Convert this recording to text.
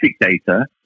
data